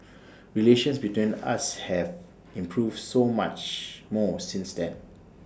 relations between us have improved so much more since then